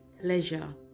pleasure